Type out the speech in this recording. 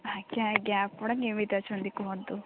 ଆଜ୍ଞା ଆଜ୍ଞା ଆପଣ କେମିତି ଅଛନ୍ତି କୁହନ୍ତୁ